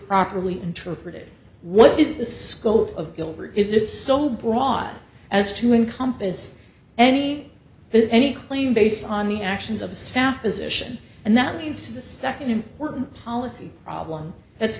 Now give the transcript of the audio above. properly interpreted what is the scope of gilbert is it's so broad as to encompass any any claim based on the actions of a staff position and that leads to the second important policy problem that's